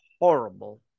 horrible